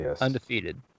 undefeated